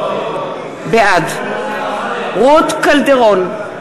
בעד רות קלדרון,